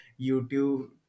youtube